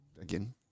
Again